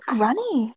Granny